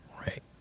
right